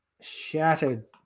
Shattered